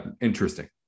interesting